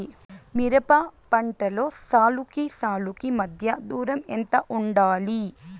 మిరప పంటలో సాలుకి సాలుకీ మధ్య దూరం ఎంత వుండాలి?